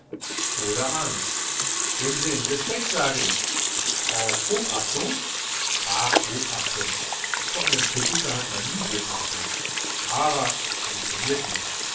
oder angst unsinn respekt sage ich auch hochachtung ach hochachtung vor einem kritiker hat man nie hochachtung aber er imponiert mir